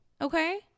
okay